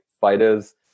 fighters